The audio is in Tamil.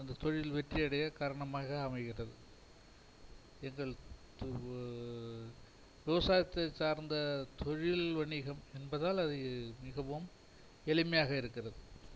அந்த தொழில் வெற்றியடைய காரணமாக அமைகிறது எங்கள் தொ விவசாயத்தைச் சார்ந்த தொழில் வணிகம் என்பதால் அதை மிகவும் எளிமையாக இருக்கிறது